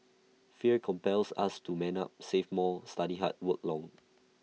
fear compels us to man up save more study hard work long